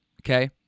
okay